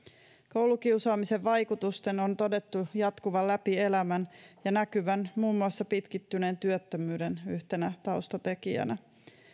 koulukiusaamisen vaikutusten on todettu jatkuvan läpi elämän ja näkyvän muun muassa pitkittyneen työttömyyden yhtenä taustatekijänä